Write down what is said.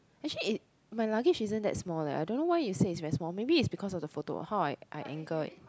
actually it my luggage isn't that small leh I don't know why you day it's very small maybe it's because of the photo how I I angle it